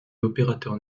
l’opérateur